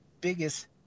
biggest